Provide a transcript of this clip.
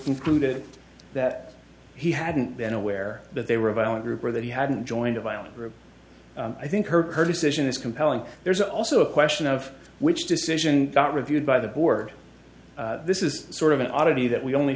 concluded that he hadn't been aware that they were a valid group or that he hadn't joined a violent group i think her decision is compelling there's also a question of which decision got reviewed by the board this is sort of an oddity that we only